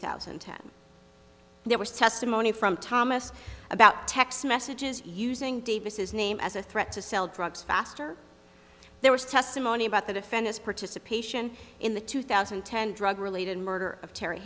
thousand and ten there was testimony from thomas about text messages using davis's name as a threat to sell drugs faster there was testimony about the defend his participation in the two thousand and ten drug related murder of terry